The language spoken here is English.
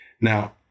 Now